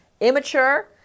immature